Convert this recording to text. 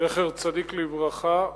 זכר צדיק לברכה,